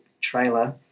trailer